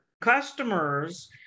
customers